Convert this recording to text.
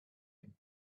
him